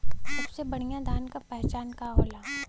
सबसे बढ़ियां धान का पहचान का होला?